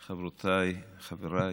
חברותיי, חבריי,